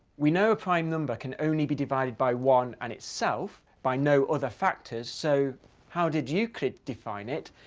we know a prime number can only be divided by one and itself, by no other factors, so how did euclid define it?